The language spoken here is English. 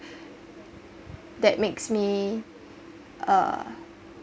that makes me uh